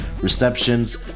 receptions